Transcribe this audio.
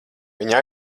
viņa